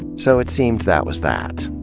so, it seemed that was that,